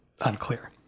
unclear